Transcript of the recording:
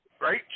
Right